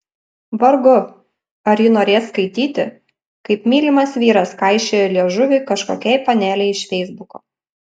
vargu ar ji norės skaityti kaip mylimas vyras kaišiojo liežuvį kažkokiai panelei iš feisbuko